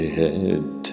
head